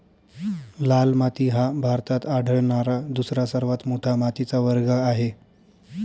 लाल माती हा भारतात आढळणारा दुसरा सर्वात मोठा मातीचा वर्ग आहे